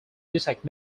detect